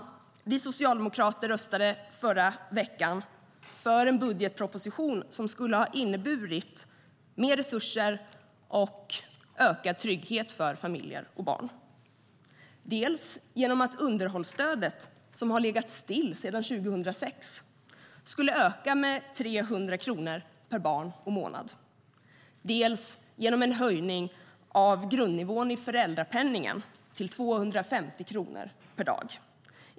Vi socialdemokrater röstade i förra veckan för en budgetproposition som skulle ha inneburit mer resurser och ökad trygghet för familjer och barn, dels genom att underhållsstödet, som legat still sedan 2006, skulle öka med 300 kronor per månad och barn, dels genom en höjning av grundnivån i föräldrapenningen till 250 kronor per dag.